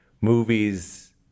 movies